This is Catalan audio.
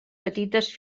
petites